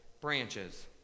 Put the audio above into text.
branches